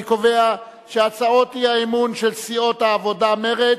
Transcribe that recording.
אני קובע שהצעת האי-אמון של סיעות העבודה ומרצ,